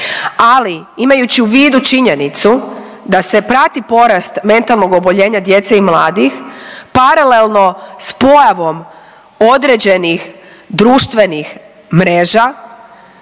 ali imajući u vidu činjenicu da se prati porast mentalnog oboljenja djece i mladih paralelno s pojavom određenih društvenih mreža